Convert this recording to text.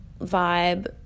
vibe